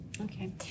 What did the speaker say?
Okay